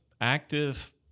active